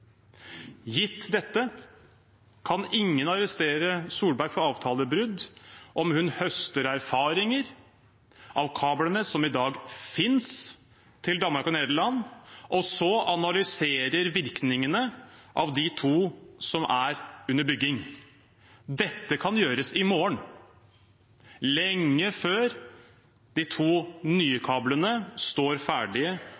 Gitt dette kan ingen arrestere statsminister Solberg for avtalebrudd om hun høster erfaringer av kablene som i dag finnes, som går til Danmark og Nederland, og så analyserer virkningene av de to som er under bygging. Det kan gjøres i morgen, lenge før de to